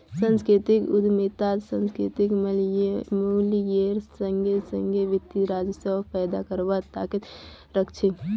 सांस्कृतिक उद्यमितात सांस्कृतिक मूल्येर संगे संगे वित्तीय राजस्व पैदा करवार ताकत रख छे